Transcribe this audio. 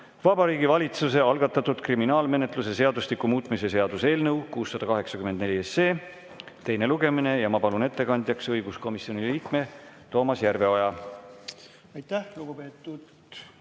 Vabariigi Valitsuse algatatud kriminaalmenetluse seadustiku muutmise seaduse eelnõu 684 teine lugemine. Ma palun ettekandjaks õiguskomisjoni liikme Toomas Järveoja. Aitäh, lugupeetud